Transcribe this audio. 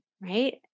right